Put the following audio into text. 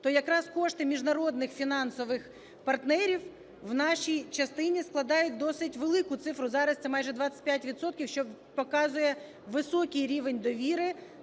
то якраз кошти міжнародних фінансових партнерів в нашій частині складають досить велику цифру, зараз це майже 25 відсотків, що показує високий рівень довіри